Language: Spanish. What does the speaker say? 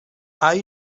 hay